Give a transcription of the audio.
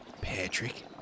Patrick